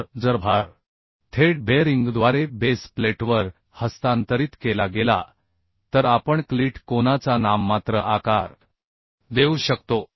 तर जर भार थेट बेअरिंगद्वारे बेस प्लेटवर हस्तांतरित केला गेला तर आपण क्लिट कोनाचा नाममात्र आकार देऊ शकतो